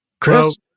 Chris